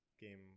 game